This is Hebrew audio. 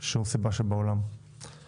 אין סיבה בעולם שזה יקרה.